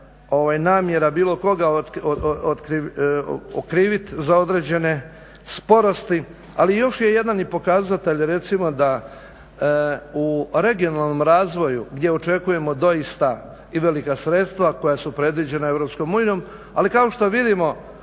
namjera bilo koga okriviti za određene sporosti. Ali još je jedan i pokazatelj recimo da u regionalnom razvoju gdje očekujemo doista i velika sredstva koja su predviđena Europskom unijom ali kao što vidimo